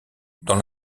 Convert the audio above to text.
dans